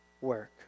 work